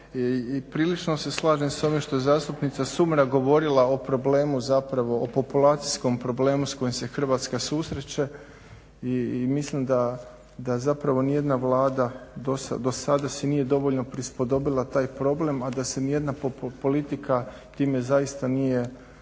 i prilično se slažem s ovim što je zastupnica Sumrak govorila o problemu zapravo, o populacijskom problemu s kojim se Hrvatska susreće i mislim da zapravo nijedna Vlada dosada se nije dovoljno prispodobila taj problem a da se nijedna politika time zaista nije